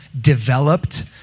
developed